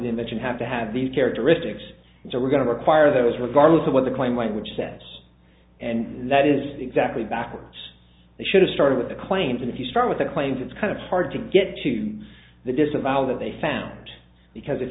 invention have to have these characteristics and so we're going to require those regardless of what they claim language tests and that is exactly backwards they should have started with the claims and if you start with the claims it's kind of hard to get to the disavow that they found because if